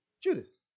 Judas